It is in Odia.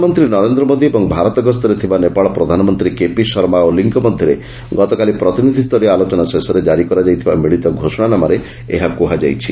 ପ୍ରଧାନମନ୍ତ୍ରୀ ନରେନ୍ଦ୍ର ମୋଦି ଏବଂ ଭାରତ ଗସ୍ତରେ ଥିବା ନେପାଳ ପ୍ରଧାନମନ୍ତ୍ରୀ କେପି ଶର୍ମା ଓଲିଙ୍କ ମଧ୍ୟରେ ଗତକାଲି ପ୍ରତିନିଧିସରୀୟ ଆଲୋଚନା ଶେଷରେ କାରି କରାଯାଇଥିବା ମିଳିତ ଘୋଷଣାନାମାରେ ଏହା କୁହାଯାଇଛି